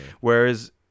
Whereas